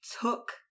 took